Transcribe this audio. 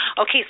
okay